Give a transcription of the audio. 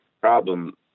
problem